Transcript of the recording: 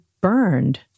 burned